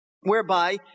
whereby